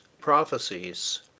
prophecies